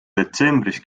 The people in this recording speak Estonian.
detsembris